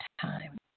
time